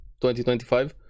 2025